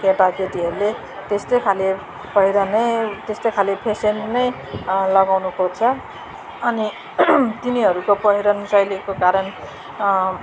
केटाकेटीहरूले त्यस्तै खाले पहिरन नै त्यस्तो खाले फेसन नै न लगाउनु खोज्छ अनि तिनीहरूको पहिरन शैलीको कारण